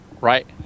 Right